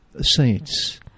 saints